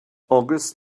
august